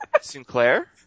Sinclair